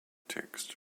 text